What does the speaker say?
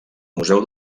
museu